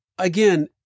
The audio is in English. again